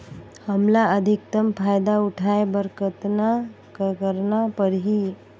हमला अधिकतम फायदा उठाय बर कतना करना परही?